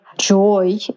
joy